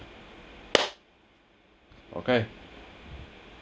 okay